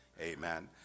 Amen